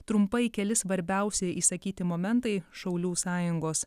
trumpai keli svarbiausi išsakyti momentai šaulių sąjungos